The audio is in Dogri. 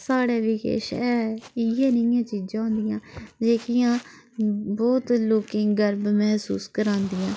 साढ़े बी किश ऐ इ'यै नेहियां चीज़ां होन्दियां जेह्कियां बोह्त लोकें ई गर्व महसूस करांदियां